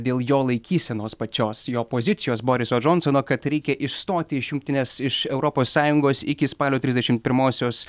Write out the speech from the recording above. dėl jo laikysenos pačios jo pozicijos boriso džonsono kad reikia išstoti iš jungtinės iš europos sąjungos iki spalio trisdešim pirmosios